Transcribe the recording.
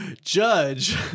Judge